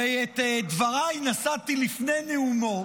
הרי את דבריי נשאתי לפני נאומו,